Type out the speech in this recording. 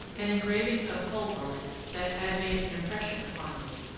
an engraving of holbein's that had made an impression upon me,